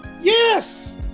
Yes